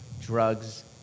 drugs